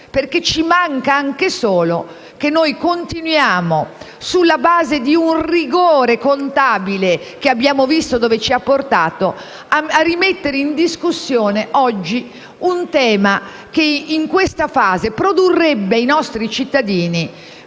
Ci manca solo che noi continuiamo, sulla base di un rigore contabile che abbiamo visto dove ci ha portato, a rimettere in discussione oggi un tema che, nell'attuale fase, produrrebbe ai nostri cittadini